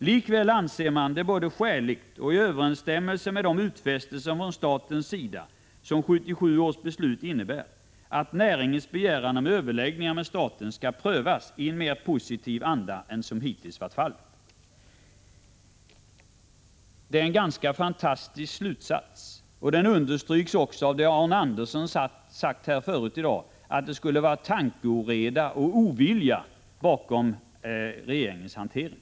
Likväl anser man det både skäligt och i överensstämmelse med de utfästelser från statens sida som 1977 års beslut innebär att näringens begäran om överläggningar med staten skall prövas i en mer positiv anda än som hittills varit fallet. Det är en ganska fantastisk slutsats. Det underströks också av Arne Andersson i Ljung tidigare i dag. Han sade att det var tankeoreda och ovilja som låg bakom regeringens hantering.